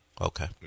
Okay